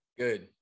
good